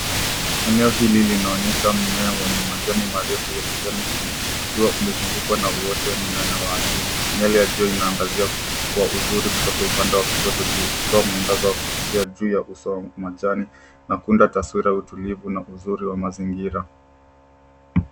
Eneo hili linaonyesha mmea wenye majani marefu ya kijani kibichi ukiwa umezungukwa na uote mnene wa asili. Miale ya jua inaangazia kwa uzuri kutoka upande wa kushoto juu ikitoa mwangaza wa kuvutia juu ya uso wa majani na kuunda taswira ya utulivu na uzuri wa mazingira.